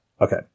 okay